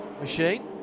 machine